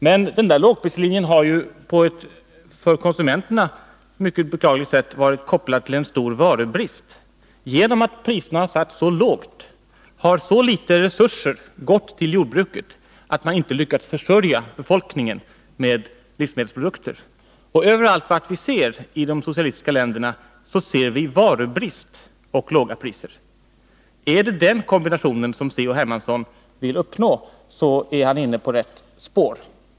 Men den där lågprislinjen har ju på ett för konsumenterna mycket beklagligt sätt varit kopplad till en stor varubrist. Genom att priserna satts lågt har så små resurser gått till jordbruket att man inte lyckats försörja befolkningen med livsmedelsprodukter. Överallt, vart vi ser i de socialistiska länderna, ser vi varubrist och låga priser. Är det den kombinationen som C.-H. Hermansson vill uppnå är han inne på rätt spår.